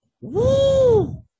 Woo